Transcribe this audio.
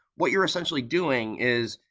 what you're essentially doing is